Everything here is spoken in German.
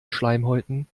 schleimhäuten